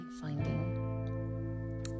finding